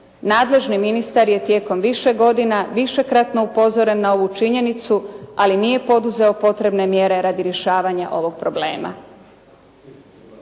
Nadležni ministar je tijekom više godina višekratno upozoren na ovu činjenicu, ali nije poduzeo potrebne mjere radi rješavanja ovog problema.